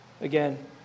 Again